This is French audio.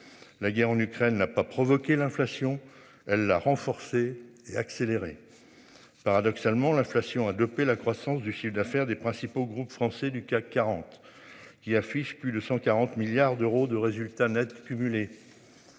La guerre en Ukraine n'a pas provoqué l'inflation elle renforcer et accélérer. Paradoxalement, l'inflation à doper la croissance du chiffre d'affaires des principaux groupes français du CAC 40 qui affiche plus de 140 milliards d'euros de résultats nets cumulés.